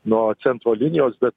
nuo centro linijos bet